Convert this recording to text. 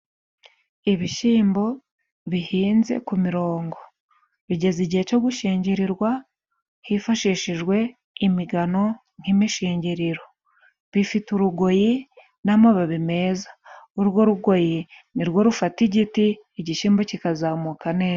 Ibishyimbo bihinze ku mirongo bigeza igihe cyo gushingirirwa hifashishijwe imigano nk'imishingiriro, bifite urugoyi n'amababi meza, urwo rugoyi nirwo rufata igiti igishyimbo kikazamuka neza.